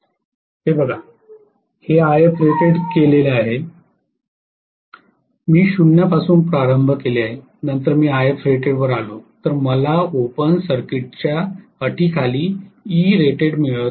हे बघा हे If rated केलेले आहे मी 0 पासून प्रारंभ केले आहे नंतर मी If rated वर आलो तर मला ओपन सर्किटच्या अटीखाली Erated मिळतो